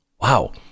Wow